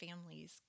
families